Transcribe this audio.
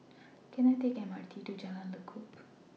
Can I Take M R T to Jalan Lekub